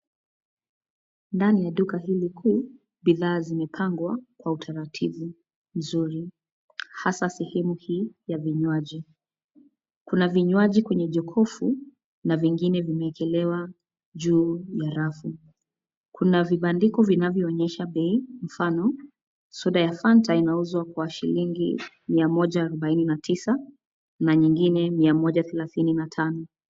Ndani ya duka hili kuu, bidhaa zimepangwa kwa utaratibu nzuri, hasaa sehemu hii ya vinywaji. Kuna vinywaji kwenye jokofu, na vingine vimeekelewa juu ya rafu. Kuna vibandiko vinavyonyesha bei, mfano, soda ya Fanta inauzwa kwa shilingi mia moja arubaini na tisa na nyingine mia moja thelathini na tano.